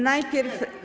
Najpierw.